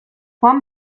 joan